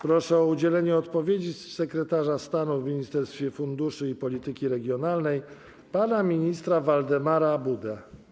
Proszę o udzielenie odpowiedzi sekretarza stanu w Ministerstwie Funduszy i Polityki Regionalnej pana ministra Waldemara Budę.